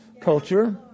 culture